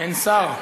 אין שר.